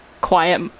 quiet